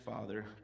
father